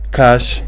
cash